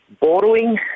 borrowing